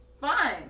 fine